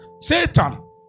Satan